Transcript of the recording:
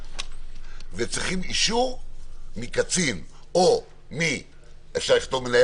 וצריכים אישור מקצין או אפשר לכתוב מנהל